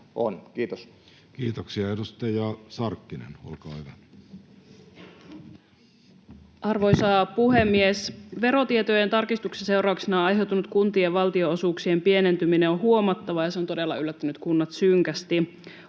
täydentämisestä Time: 14:25 Content: Arvoisa puhemies! Verotietojen tarkistuksen seurauksena aiheutunut kuntien valtionosuuksien pienentyminen on huomattava, ja se on todella yllättänyt kunnat synkästi.